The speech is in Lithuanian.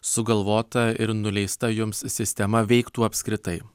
sugalvota ir nuleista jums sistema veiktų apskritai